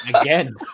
Again